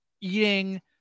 eating